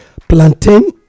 plantain